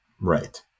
Right